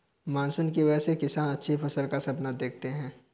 monsoon की वजह से किसान अच्छी फसल का सपना देखते हैं